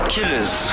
Killers